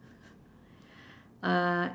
uh